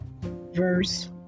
verse